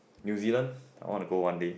New Zealand I want to go one day